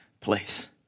place